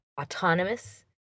autonomous